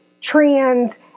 trends